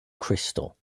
crystal